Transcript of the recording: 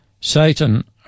Satan